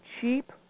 cheap